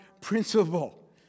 principle